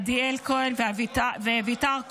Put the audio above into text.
עדיאל כהן ואביתר כהן.